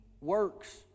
works